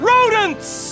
Rodents